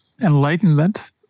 enlightenment